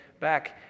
back